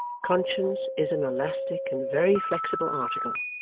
conscience is an elastic and very flexible article,